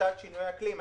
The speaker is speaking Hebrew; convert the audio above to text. כהפחתת שינויי האקלים.